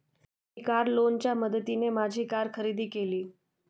मी car लोनच्या मदतीने माझी कार खरेदी केली